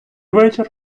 вечір